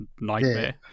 nightmare